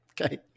Okay